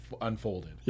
unfolded